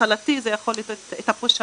התחלתי זה יכול לתת את הפוש ההתחלתי.